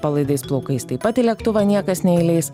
palaidais plaukais taip pat į lėktuvą niekas neįleis